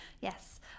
Yes